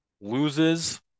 loses